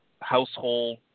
household